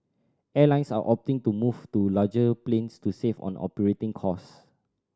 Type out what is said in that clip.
airlines are opting to move to larger planes to save on operating cost